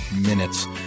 minutes